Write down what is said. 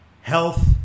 Health